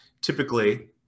typically